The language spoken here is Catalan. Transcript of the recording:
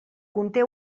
conté